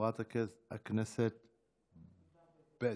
חברת הכנסת בזק.